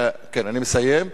כן, אני מסיים.